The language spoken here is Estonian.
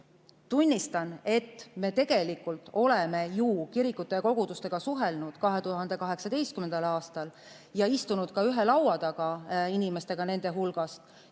Tunnistan, et me tegelikult ju kirikute ja kogudustega suhtlesime 2018. aastal ja istusime ka ühe laua taga inimestega nende hulgast.